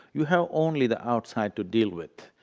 you have only the outside to deal with,